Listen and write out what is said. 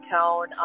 tone